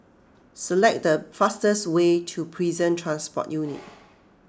select the fastest way to Prison Transport Unit